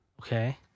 Okay